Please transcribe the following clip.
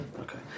Okay